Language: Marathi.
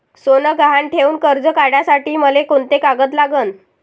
सोनं गहान ठेऊन कर्ज काढासाठी मले कोंते कागद लागन?